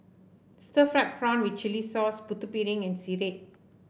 Stir Fried Prawn with Chili Sauce Putu Piring and sireh